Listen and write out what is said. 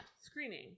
screening